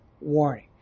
warning